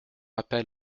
appel